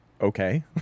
okay